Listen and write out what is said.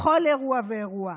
בכל אירוע ואירוע.